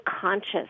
conscious